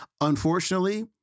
Unfortunately